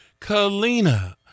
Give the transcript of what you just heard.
Kalina